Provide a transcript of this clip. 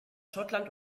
schottland